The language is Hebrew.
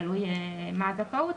תלוי מה הזכאות,